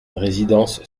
résidence